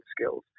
skills